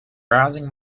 browsing